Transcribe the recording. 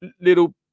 little